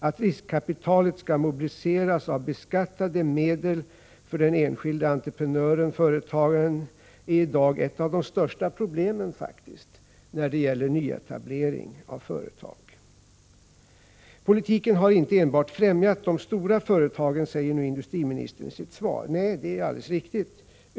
Att riskkapital skall mobiliseras av beskattade medel för den enskilde entreprenören/företagaren är i dag faktiskt ett av de största problemen när det gäller nyetablering av företag. Politiken har inte enbart främjat de stora företagen, säger nu industriministern i sitt svar. Det är alldeles riktigt.